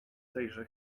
tejże